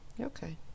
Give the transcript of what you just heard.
Okay